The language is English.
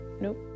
nope